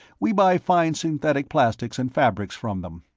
we buy fine synthetic plastics and fabrics from them.